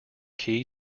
key